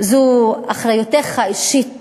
זו אחריותה האישית